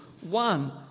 one